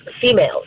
females